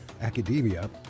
academia